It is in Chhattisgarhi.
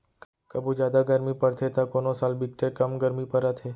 कभू जादा गरमी परथे त कोनो साल बिकटे कम गरमी परत हे